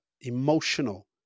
emotional